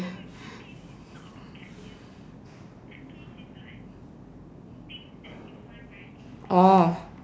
oh